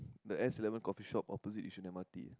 the S-eleven coffeeshop opposite yishun m_r_t